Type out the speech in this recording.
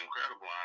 incredible